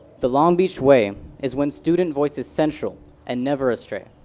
the long beach way is when student voice is central and never astray.